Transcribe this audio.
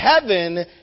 heaven